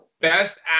best